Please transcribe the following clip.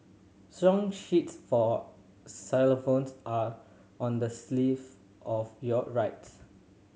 song sheets for xylophones are on the of your right